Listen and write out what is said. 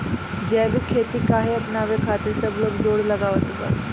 जैविक खेती काहे अपनावे खातिर सब लोग जोड़ लगावत बा?